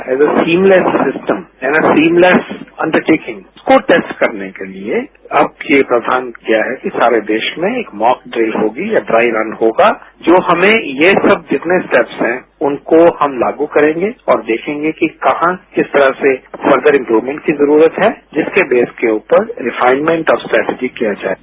as a seamless system as a seamless undertaking कोटेस्ट करने के लिए अब ये प्रावधान किया है कि सारे देश में एक मौकड्रिल होगी या ड्राईरन होगा जो हमें ये सब जितने स्टेप्स हैं उनकों हम लागू करेंगे और देखेंगे कि कहाकिस तरह से फर्दर इम्प्रवमेंट की जरूरत है जिसके बेस के ऊपर रिफाइंडमेंट ऑफ स्ट्रेटेजिककिया जाएगा